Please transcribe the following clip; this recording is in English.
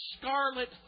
scarlet